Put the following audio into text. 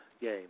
game